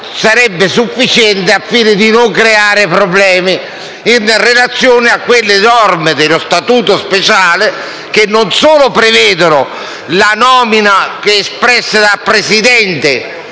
sarebbe sufficiente al fine di non creare problemi in relazione alle norme dello Statuto speciale che non solo prevedono la nomina da parte dei presidenti